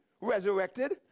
resurrected